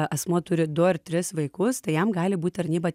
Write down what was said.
asmuo turi du ar tris vaikus tai jam gali būt tarnyba